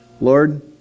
Lord